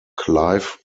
clive